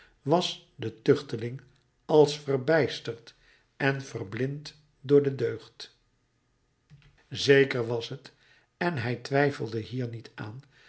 was de tuchteling als verbijsterd en verblind door de deugd zeker was t en hij twijfelde hier niet aan